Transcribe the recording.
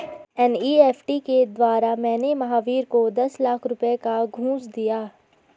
NEFT के द्वारा मैंने महावीर को दस लाख रुपए का घूंस दिया